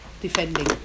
defending